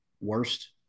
worst